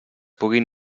puguin